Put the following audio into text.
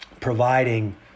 providing